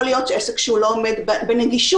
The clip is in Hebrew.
יכול להיות שעסק שלא עומד בנגישות,